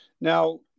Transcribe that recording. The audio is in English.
Now